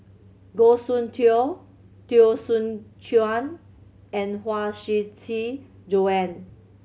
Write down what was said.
Goh Soon Tioe Teo Soon Chuan and Huang Shiqi Joan